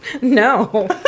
No